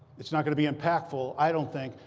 it's not going to be impactful, i don't think,